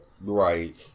Right